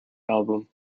album